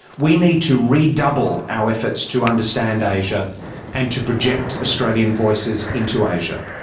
we need to redouble our efforts to understand asia and to project australian voices into asia.